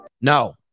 No